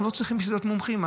אנחנו לא צריכים להיות מומחים,